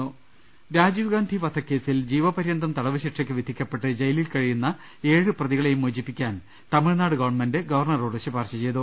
രുവെട്ടറു രാജീവ്ഗാന്ധി പ്രധക്കേസിൽ ജീവപര്യന്തം തടവ് ശിക്ഷക്ക് വിധിക്ക പ്പെട്ട് ജയിലിൽ കഴിയുന്ന ഏഴ് പ്രതികളെയും മോചിപ്പിക്കാൻ തമിഴ്നാട് ഗവൺമെന്റ് ഗവർണറോട് ശുപാർശ ചെയ്തു